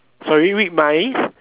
sorry read mind